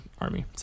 army